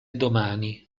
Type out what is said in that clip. domani